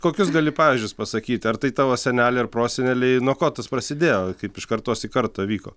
kokius gali pavyzdžius pasakyti ar tai tavo seneliai ar proseneliai nuo ko tas prasidėjo kaip iš kartos į kartą vyko